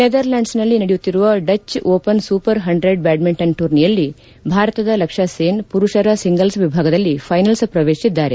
ನೆದರ್ಲ್ಲಾಂಡ್ನಲ್ಲಿ ನಡೆಯುತ್ತಿರುವ Dutch Open Super hundred badminton ಟೂರ್ನಿಯಲ್ಲಿ ಭಾರತದ ಲಕ್ಷ್ಮ ಸೇನ್ ಮರುಷರ ಸಿಂಗಲ್ಸ್ ವಿಭಾಗದಲ್ಲಿ ಫೈನಲ್ ಪ್ರವೇಶಿಸಿದ್ದಾರೆ